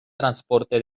transporte